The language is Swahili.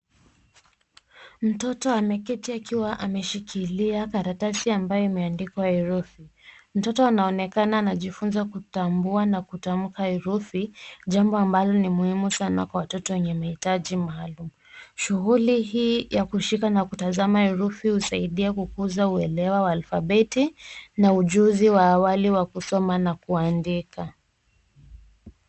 Mtoto ameketi akiwa ameshikilia karatasi ambayo imeandikwa herufi. Mtoto anaonekana anajifunza kutambua na kutanka herufi, jambo ambalo ni muhimu sana kwa watoto wenye mahitaji maalum. Shughuli hii ya kutazana na kuona herufi husaidia kukuza uekewa wa alfabeti na ujuzi wa wake wa kusoma na kuandika.